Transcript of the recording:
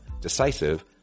decisive